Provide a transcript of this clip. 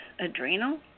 Adrenal